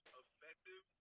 effective